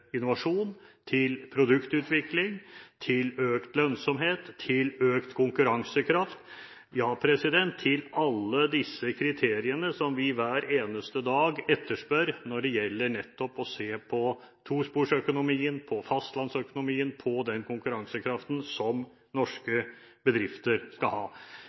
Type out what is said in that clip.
til innovasjon, produktutvikling, økt lønnsomhet, økt konkurransekraft – ja alle disse kriteriene som vi hver eneste dag etterspør når det gjelder tosporsøkonomien, fastlandsøkonomien og den konkurransekraften som norske bedrifter skal ha.